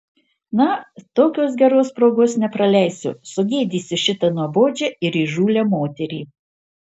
na tokios geros progos nepraleisiu sugėdysiu šitą nuobodžią ir įžūlią moterį